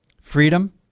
freedom